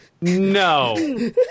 no